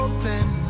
Open